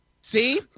See